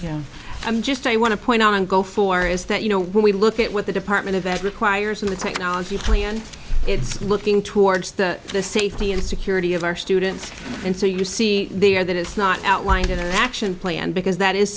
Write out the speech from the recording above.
five i'm just i want to point on go for is that you know when we look at what the department of ed requires in the technology plan it's looking towards the safety and security of our students and so you see there that it's not outlined in an action plan because that is